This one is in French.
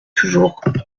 toujours